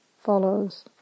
follows